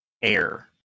Air